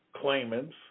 claimants